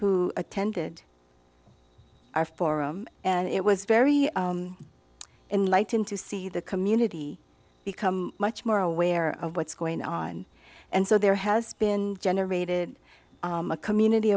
who attended our forum and it was very enlightening to see the community become much more aware of what's going on and so there has been generated a community